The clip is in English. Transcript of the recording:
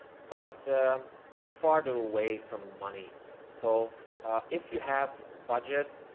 but it's farther away from money. so if you have budget,